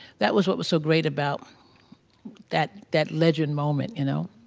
that was what was so great about that, that legend moment, you know.